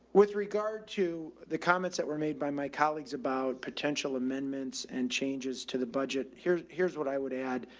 with regard to the comments that were made by my colleagues about potential amendments and changes to the budget, here's here's what i would add.